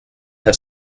have